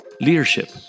leadership